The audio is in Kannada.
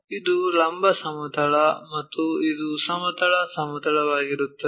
ಇದು ಲಂಬ ಸಮತಲ ಮತ್ತು ಇದು ಸಮತಲ ಸಮತಲವಾಗಿರುತ್ತದೆ